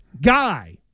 guy